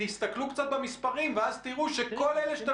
תסתכלו קצת במספרים ואז תראו שכל אלה שאתם